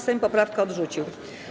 Sejm poprawkę odrzucił.